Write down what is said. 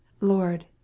Lord